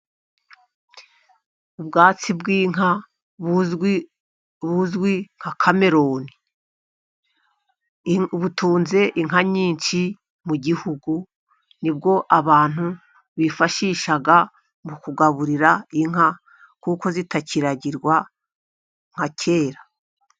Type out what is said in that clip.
Ubwatsi bw'inka buzwi nka kameroni, butunze inka nyinshi mu gihugu, nibwo abantu bifashisha mu kugaburira inka kuko zitakiragirwa nka kera.